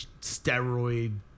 steroid